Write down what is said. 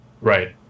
Right